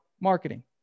marketing